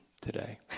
today